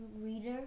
reader